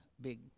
big